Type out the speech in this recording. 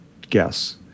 guess